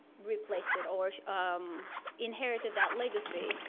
replaced it or um inherited that legacy,